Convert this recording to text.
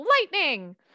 lightning